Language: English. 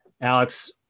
Alex